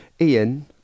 Ian